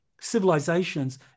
civilizations